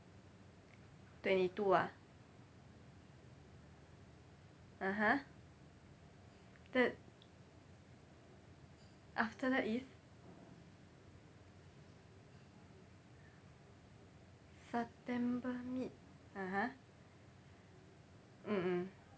twenty two ah (uh huh) third after that is september mid (uh huh) mmhmm